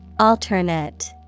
Alternate